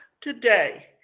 today